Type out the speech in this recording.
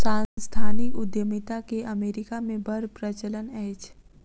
सांस्थानिक उद्यमिता के अमेरिका मे बड़ प्रचलन अछि